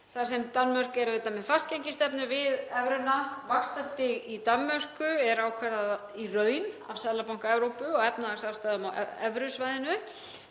þar sem Danmörk er auðvitað með fastgengisstefnu við evruna, vaxtastig í Danmörku er í raun ákvarðað af Seðlabanka Evrópu og efnahagsaðstæðum á evrusvæðinu